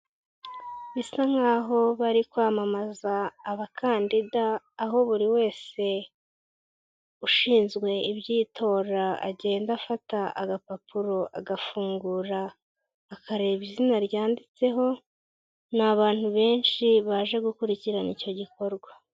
Bisa nk'aho bari kwamamaza abakandida aho buri wese ushinzwe iby'itora agenda afata agapapuro agafungura akareba izina ryanditseho, ni abantu benshi baje gukurikirana icyo gikorwa.